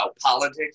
politics